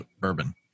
bourbon